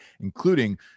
including